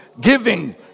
Giving